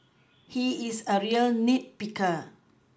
he is a real nit picker